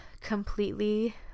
completely